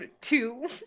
two